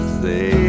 say